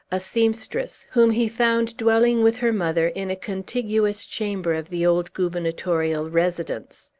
a seamstress, whom he found dwelling with her mother in a contiguous chamber of the old gubernatorial residence.